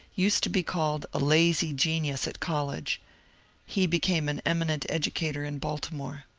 used to be called a lazy genius at college he became an eminent educator in baltimore.